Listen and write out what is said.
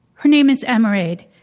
her name is emma raid,